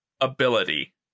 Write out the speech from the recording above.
ability